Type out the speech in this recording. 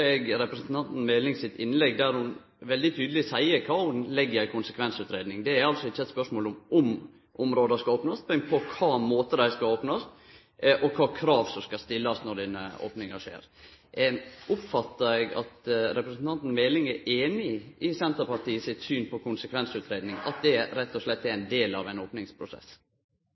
eg representanten Melings innlegg, der ho veldig tydeleg seier kva ho legg i ei konsekvensutgreiing. Det er altså ikkje eit spørsmål om om områda skal opnast, men på kva måte dei skal opnast, og kva krav som skal stillast når denne opninga skjer. Oppfattar eg at representanten Meling er einig i Senterpartiets syn på konsekvensutgreiing, at det rett og slett er ein del av ein opningsprosess?